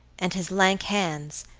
and his lank hands,